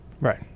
right